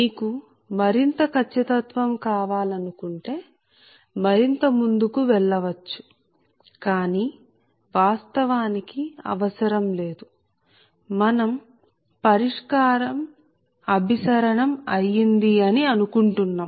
మీకు మరింత ఖచ్చితత్వం కావాలనుకుంటే మరింత ముందుకు వెళ్ళవచ్చు కానీ వాస్తవానికి అవసరం లేదు మనం పరిష్కారం అభిసరణం అయ్యింది అని అనుకుంటున్నాం